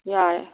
ꯌꯥꯏ